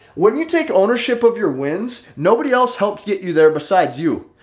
when you take ownership of your wins, nobody else helps get you there besides you.